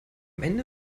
ende